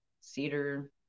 cedar